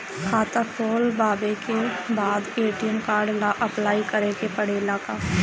खाता खोलबाबे के बाद ए.टी.एम कार्ड ला अपलाई करे के पड़ेले का?